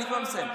אני כבר מסיים.